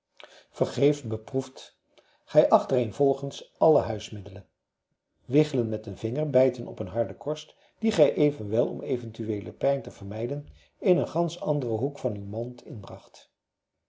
vergeefs beproefdet gij achtereenvolgens alle huismiddelen wiggelen met den vinger bijten op een harde korst die gij evenwel om eventueele pijn te vermijden in een gansch anderen hoek van uw mond inbracht